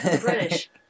British